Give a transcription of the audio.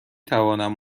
توانم